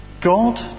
God